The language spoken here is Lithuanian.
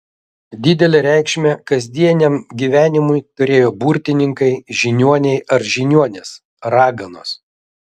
didelę reikšmę kasdieniam gyvenimui turėjo burtininkai žiniuoniai ar žiniuonės raganos